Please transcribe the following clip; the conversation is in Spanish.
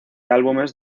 álbumes